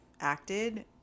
acted